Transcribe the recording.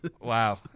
Wow